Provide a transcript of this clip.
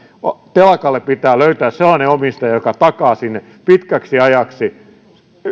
telakalle pitää löytää sellainen omistaja joka takaa sinne pitkäksi ajaksi